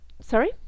Sorry